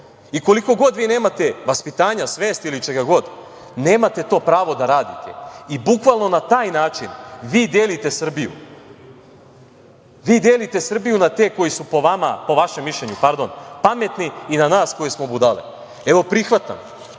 I koliko god vi nemate vaspitanja, svest ili čega god, nemate to pravo da radite. Bukvalno na taj način vi delite Srbiju, vi delite Srbiju na te koji su po vašem mišljenju pametni i na nas koji smo budale. Evo, prihvatam,